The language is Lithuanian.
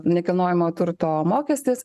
nekilnojamojo turto mokestis